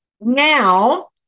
now